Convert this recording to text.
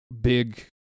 big